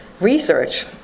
research